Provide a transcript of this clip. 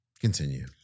Continue